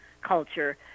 culture